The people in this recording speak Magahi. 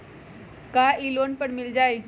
का इ लोन पर मिल जाइ?